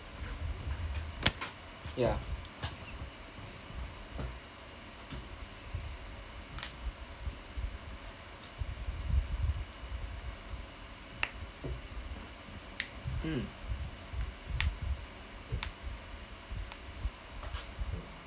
yeah mm